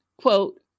quote